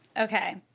okay